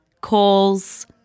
calls